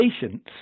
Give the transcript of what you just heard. patience